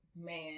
man